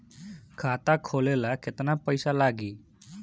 खाता खोले ला केतना पइसा लागी?